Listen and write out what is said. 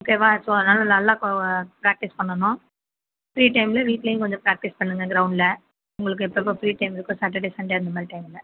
ஓகேவா ஸோ அதனால நல்லா ப்ராக்டிஸ் பண்ணனும் ஃப்ரீ டைமில் வீட்லையும் கொஞ்சம் ப்ராக்டிஸ் பண்ணுங்கள் கிரௌண்டில் உங்களுக்கு எப்பப்போ ஃப்ரீ டைம் இருக்கோ சாட்டர்டே சண்டே அந்தமாதிரி டைமில்